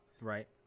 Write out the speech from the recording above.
Right